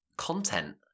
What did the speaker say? Content